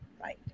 right